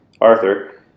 Arthur